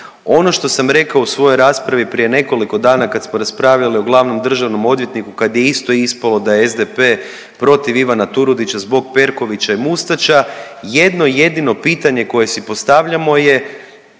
Ono što sam rekao u svojoj raspravi prije nekoliko dana kad smo raspravljali o glavnom državnom odvjetniku kad je isto ispalo da je SDP protiv Ivana Turudića zbog Perkovića i Mustača, jedno jedino pitanje koje si postavljamo je